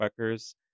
fuckers